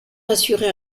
assurait